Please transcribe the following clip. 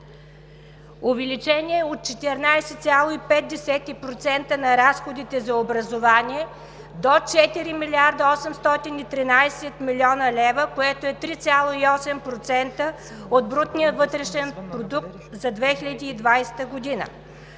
Увеличение от 14,5% на разходите за образование до 4 млрд. 813 млн. лв., което е 3,8% от брутния вътрешен продукт за 2020 г.